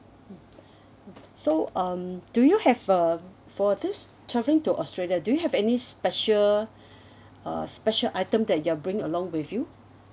so um do you have uh for this travelling to australia do you have any special uh special item that you're bringing along with you